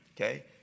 okay